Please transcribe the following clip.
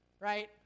right